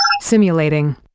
Simulating